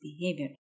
behavior